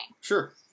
Sure